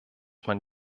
man